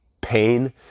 pain